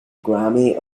grammy